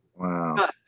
wow